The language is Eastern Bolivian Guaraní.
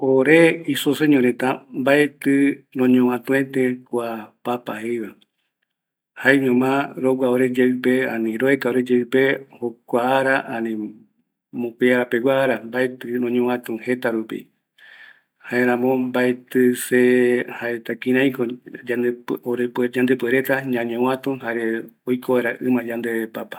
Ore isoseño reta mbaetɨ roñovatuete kua papa jeiva, jaeñoma ore roeka oreyeupe, jokua ara peguara mbaetɨ roñovatu jetarupi, jaeramo se mbaetɨ jaeta kirairako ñañovatu jare oiko vaera ima yandeve